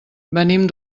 venim